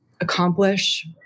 accomplish